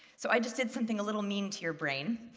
so i just did something a little mean to your brain.